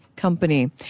company